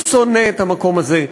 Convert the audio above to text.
הוא שונא את המקום הזה,